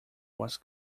was